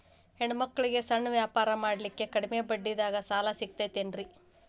ಹೆಣ್ಣ ಮಕ್ಕಳಿಗೆ ಸಣ್ಣ ವ್ಯಾಪಾರ ಮಾಡ್ಲಿಕ್ಕೆ ಕಡಿಮಿ ಬಡ್ಡಿದಾಗ ಸಾಲ ಸಿಗತೈತೇನ್ರಿ?